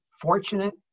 fortunate